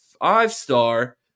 five-star